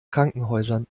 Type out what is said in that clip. krankenhäusern